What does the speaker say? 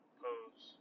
pose